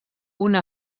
una